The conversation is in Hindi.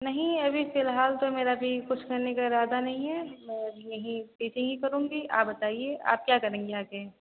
नहीं अभी फ़िलहाल तो मेरा अभी कुछ करने का इरादा नहीं है मैं अब यहीं टीचिंग ही करूँगी आप बताइए आप क्या करेंगी आगे